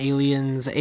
Aliens